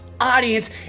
audience